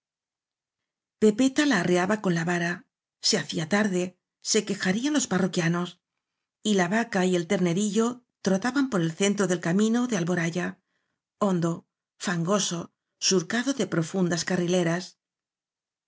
pepeta la arreaba con la vara se hacía tarde se quejarían los parroquianos y la vaca y el ternerillo trotaban por el centro del camino de alboraya hondo fangoso surcado de pro fundas carrileras